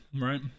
right